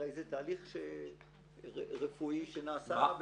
הרי זה תהליך רפואי שנעשה.